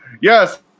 yes